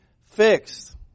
fixed